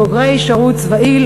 בוגרי שירות צבאי,